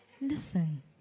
listen